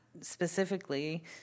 specifically